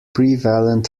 prevalent